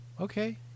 Okay